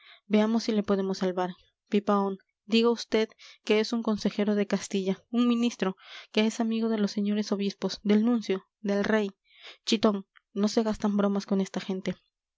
veamos si le podemos salvar pipaón diga usted que es un consejero de castilla un ministro que es amigo de los señores obispos del nuncio del rey chitón no se gastan bromas con esta gente